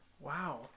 Wow